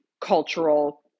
cultural